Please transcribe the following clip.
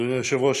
אדוני היושב-ראש,